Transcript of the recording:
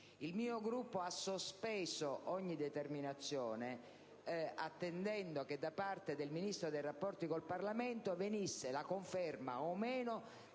Il mio Gruppo ha sospeso ogni determinazione attendendo che da parte del Ministro per i rapporti con il Parlamento venisse la conferma o meno